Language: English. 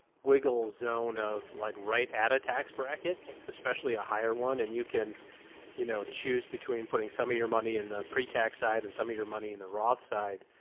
wiggle zone of like right at a tax bracket, especially a higher one. and you can you know choose between putting some of your money in the pretax side and some of your money in the roth side.